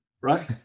Right